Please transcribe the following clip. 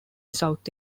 south